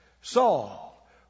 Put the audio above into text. Saul